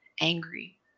angry